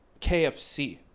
kfc